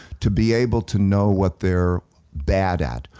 to be able to know what they're bad at,